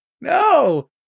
No